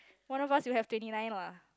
one of us will have twenty nine lah